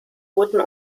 wurden